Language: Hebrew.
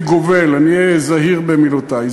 אני אהיה זהיר במילותי,